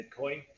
Bitcoin